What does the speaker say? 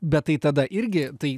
bet tai tada irgi tai